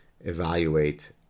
evaluate